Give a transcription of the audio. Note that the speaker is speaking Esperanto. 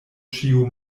ĉiu